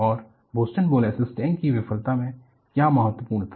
और Boston molasses tank की विफलता में क्या महत्वपूर्ण था